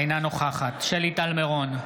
אינה נוכחת שלי טל מירון,